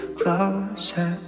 closer